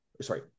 sorry